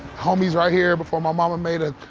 homies right here, before my mama made a